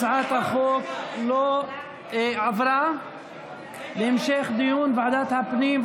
הצעת הכנסת עברה להמשך דיון בוועדת הפנים,